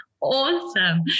awesome